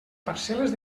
parcel·les